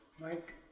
Mike